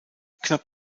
knapp